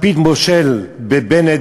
לפיד מושל בבנט?